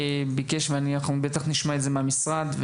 ביקש, ואנחנו בטח נשמע את זה מהמשרד.